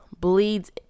bleeds